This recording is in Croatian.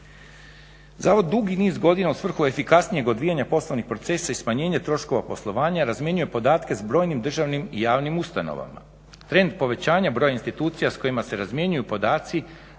Zavod dugi niz godina u svrhu efikasnijeg odvijanja poslovnih procesa i smanjenja troškova poslovanja razmjenjuje podatke s brojnim državnim i javnim ustanovama. Trend povećanja broja institucija s kojima se razmjenjuju podaci